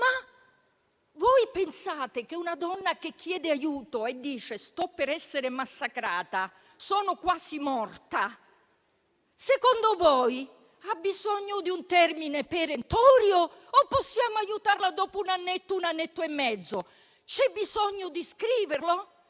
Ma voi pensate che una donna che chiede aiuto e dice che sta per essere massacrata ed è quasi morta, ha bisogno di un termine perentorio o possiamo aiutarla dopo un annetto, un annetto e mezzo? C'è bisogno di scriverlo?